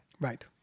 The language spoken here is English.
Right